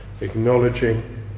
acknowledging